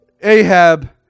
Ahab